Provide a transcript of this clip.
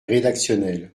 rédactionnel